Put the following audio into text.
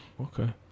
okay